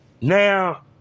Now